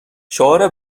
شعار